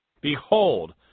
Behold